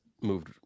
moved